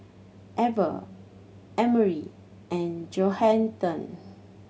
Ever Emery and Johathan